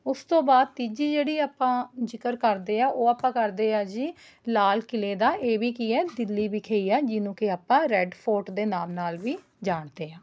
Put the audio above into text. ਉਸ ਤੋਂ ਬਾਅਦ ਤੀਜੀ ਜਿਹੜੀ ਆਪਾਂ ਜ਼ਿਕਰ ਕਰਦੇ ਆ ਉਹ ਆਪਾਂ ਕਰਦੇ ਆ ਜੀ ਲਾਲ ਕਿਲ੍ਹੇ ਦਾ ਇਹ ਵੀ ਕੀ ਹੈ ਦਿੱਲੀ ਵਿੱਖੇ ਹੀ ਹੈ ਜਿਹਨੂੰ ਵੀ ਆਪਾਂ ਰੈੱਡ ਫੋਰਟ ਦੇ ਨਾਮ ਨਾਲ ਵੀ ਜਾਣਦੇ ਆ